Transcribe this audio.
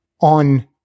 on